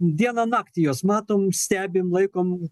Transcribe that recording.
dieną naktį juos matom stebim laikom